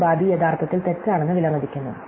ഈ ഉപാധി യഥാർത്ഥത്തിൽ തെറ്റാണെന്ന് വിലമതിക്കുന്നു